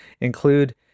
include